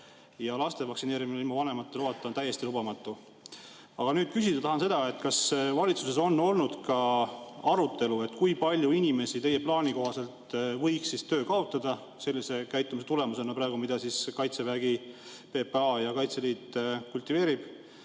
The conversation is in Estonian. Laste vaktsineerimine ilma vanemate loata on täiesti lubamatu. Aga küsida tahan seda, kas valitsuses on olnud ka arutelu, kui palju inimesi teie plaani kohaselt võiks töö kaotada sellise käitumise tulemusena, nagu praegu Kaitsevägi, PPA ja Kaitseliit kultiveerivad.